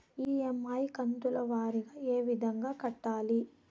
EMI కంతుల వారీగా ఏ విధంగా కట్టాలి